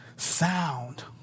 Sound